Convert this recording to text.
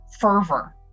fervor